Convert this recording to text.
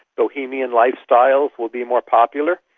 bohemian lifestyles will be more popular.